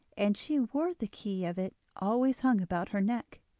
and she wore the key of it always hung about her neck.